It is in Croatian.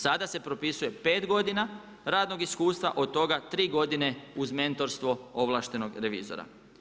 Sada se propisuje pet godina radnog iskustva, od toga tri godine uz mentorstvo ovlaštenog revizora.